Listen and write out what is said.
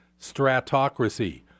stratocracy